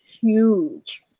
huge